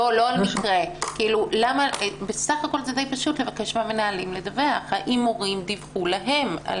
זה די פשוט לבקש מהמנהלים לדווח לכם אם המורים דיווחו להם.